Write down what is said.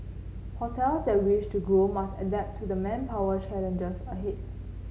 hotels that wish to grow must adapt to the manpower challenges ahead